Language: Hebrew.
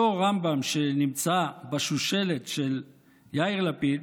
אותו רמב"ם שנמצא בשושלת של יאיר לפיד,